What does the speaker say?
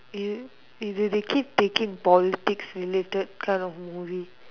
இது:ithu இது:ithu they keep taking politics related kind of movie